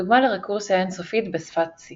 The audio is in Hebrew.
דוגמה לרקורסיה אינסופית בשפת C